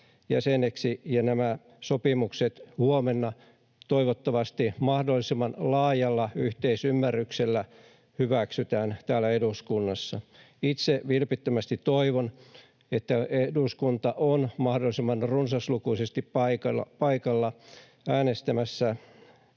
ja nämä sopimukset huomenna, toivottavasti mahdollisimman laajalla yhteisymmärryksellä, hyväksytään täällä eduskunnassa. Itse vilpittömästi toivon, että eduskunta on mahdollisimman runsaslukuisesti paikalla äänestämässä